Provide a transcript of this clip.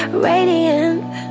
Radiant